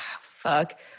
fuck